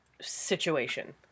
situation